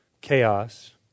chaos